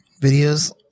videos